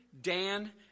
Dan